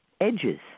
edges